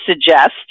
suggest